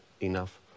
enough